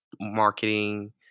marketing